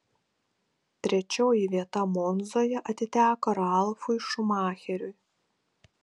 trečioji vieta monzoje atiteko ralfui šumacheriui